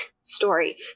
story